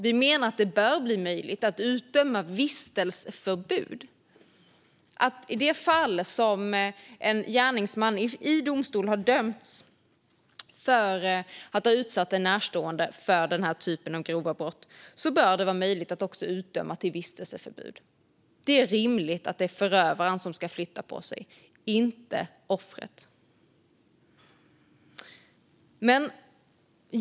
Vi menar att det bör bli möjligt att utdöma vistelseförbud i de fall som en gärningsman i domstol har dömts för att ha utsatt en närstående för den här typen av grova brott. Det är rimligt att det är förövaren som ska flytta på sig, inte offret.